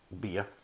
beer